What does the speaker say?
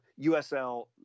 USL